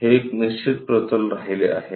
हे एक निश्चित प्रतल राहिले आहे